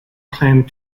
claimed